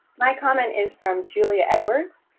my comment is from julia edwards.